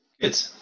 Good